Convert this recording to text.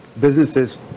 businesses